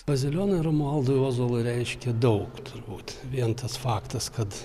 bazilionai romualdui ozolui reiškė daug turbūt vien tas faktas kad